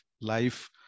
life